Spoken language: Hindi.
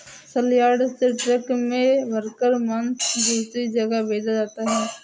सलयार्ड से ट्रक में भरकर मांस दूसरे जगह भेजा जाता है